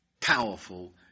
powerful